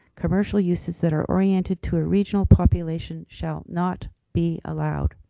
commercial uses that are oriented to a regional population shall not be allowed.